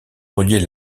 relier